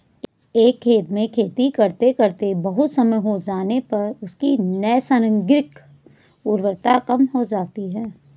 एक खेत में खेती करते करते बहुत समय हो जाने पर उसकी नैसर्गिक उर्वरता कम हो जाती है